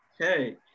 Okay